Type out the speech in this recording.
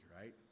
right